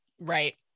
Right